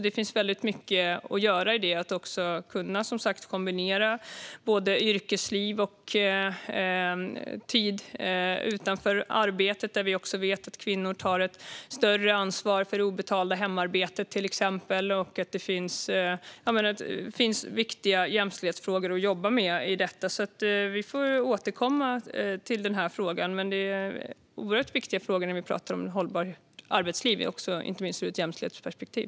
Det finns väldigt mycket att göra när det gäller att kunna kombinera yrkesliv och tid utanför arbetet. Vi vet också att kvinnor tar ett större ansvar för till exempel det obetalda hemarbetet. Det finns viktiga jämställdhetsfrågor att jobba med i detta. Vi får återkomma till frågorna. Det är oerhört viktiga frågor när vi talar om ett hållbart arbetsliv inte minst ur ett jämställdhetsperspektiv.